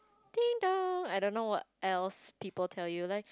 ding-dong I don't know what else people tell you like